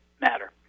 matter